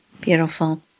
Beautiful